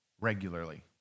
regularly